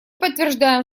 подтверждаем